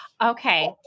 Okay